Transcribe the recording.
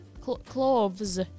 cloves